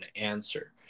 answer